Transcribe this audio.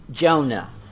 Jonah